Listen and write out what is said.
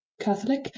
Catholic